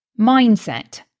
mindset